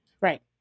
Right